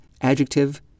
adjective